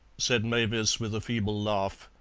said mavis, with a feeble laugh.